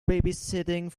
babysitting